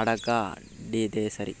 ఆడకడితేసరి